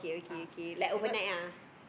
ah because